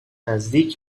نزدیک